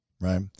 right